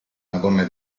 madonna